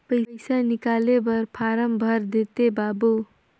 पइसा निकाले बर फारम भर देते बाबु?